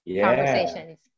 conversations